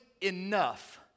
enough